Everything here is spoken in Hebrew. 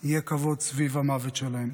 יהיה כבוד סביב המוות שלהם.